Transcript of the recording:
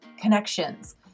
connections